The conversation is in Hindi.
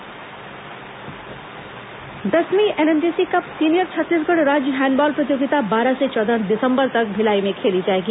हैंडबॉल प्रतियोगिता दसवीं एनएमडीसी कप सीनियर छत्तीसगढ़ राज्य हैंडबॉल प्रतियोगिता बारह से चौदह दिसंबर तक भिलाई में खेली जाएगी